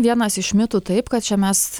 vienas iš mitų taip kad čia mes